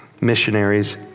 missionaries